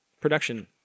production